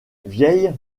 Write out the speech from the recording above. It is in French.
vieille